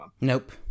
Nope